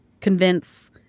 convince